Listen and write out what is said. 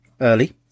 early